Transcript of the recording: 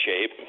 shape